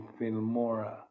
Filmora